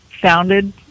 founded